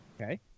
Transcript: okay